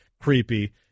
Creepy